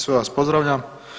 Sve vas p ozdravljam.